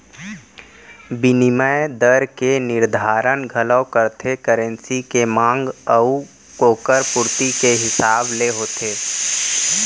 बिनिमय दर के निरधारन घलौ करथे करेंसी के मांग अउ ओकर पुरती के हिसाब ले होथे